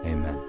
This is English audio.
Amen